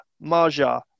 Maja